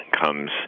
comes